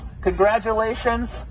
Congratulations